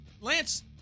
Lance